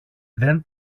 δεν